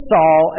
Saul